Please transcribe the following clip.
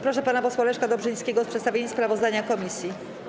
Proszę pana posła Leszka Dobrzyńskiego o przedstawienie sprawozdania komisji.